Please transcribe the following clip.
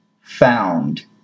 found